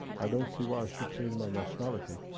i don't see why i should change my nationality.